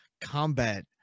combat